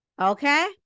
okay